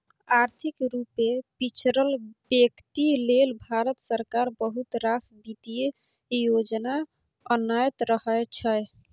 आर्थिक रुपे पिछरल बेकती लेल भारत सरकार बहुत रास बित्तीय योजना अनैत रहै छै